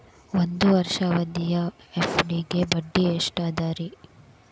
ಒಂದ್ ವರ್ಷದ ಅವಧಿಯ ಎಫ್.ಡಿ ಗೆ ಬಡ್ಡಿ ಎಷ್ಟ ಅದ ರೇ?